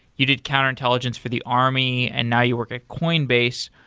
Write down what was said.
you did counter-intelligence for the army and now you work at coinbase.